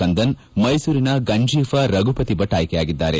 ಕಂದನ್ ಮೈಸೂರಿನ ಗಂಜೀಫಾ ರಘುಪತಿಭಟ್ ಆಯ್ಕೆಯಾಗಿದ್ದಾರೆ